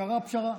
קרה פשרה.